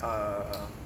uh